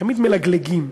תמיד מלגלגים,